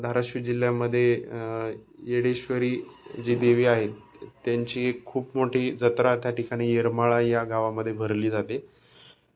धारशिव जिल्ह्यामध्ये येडेश्वरी जी देवी आहेत त्यांची एक खूप मोठी जत्रा त्या ठिकाणी येरमाळा या गावामध्ये भरली जाते